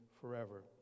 forever